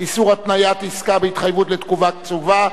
איסור התניית עסקה בהתחייבות לתקופה קצובה),